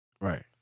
Right